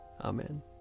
Amen